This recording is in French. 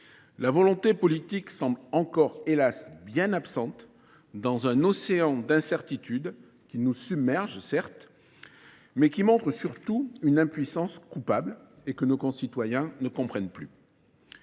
La volonté politique semble encore, hélas, bien absente dans un océan d'incertitude qui nous submerge, certes, mais qui montre surtout une impuissance coupable et que nos concitoyens ne comprennent plus.